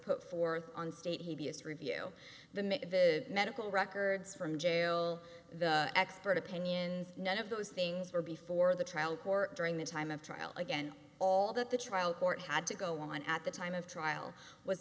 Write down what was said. put forth on state he is review the make of the medical records from jail the expert opinions none of those things were before the trial court during the time of trial again all that the trial court had to go on at the time of trial w